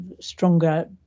stronger